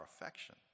affection